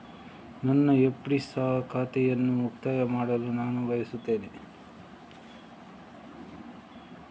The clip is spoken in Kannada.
ನನ್ನ ಎಫ್.ಡಿ ಖಾತೆಯನ್ನು ಮುಕ್ತಾಯ ಮಾಡಲು ನಾನು ಬಯಸ್ತೆನೆ